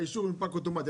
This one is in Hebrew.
האישור יונפק אוטומטי.